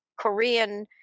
Korean